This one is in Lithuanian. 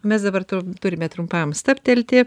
mes dabar turime trumpam stabtelti